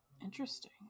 interesting